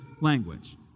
language